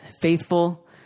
faithful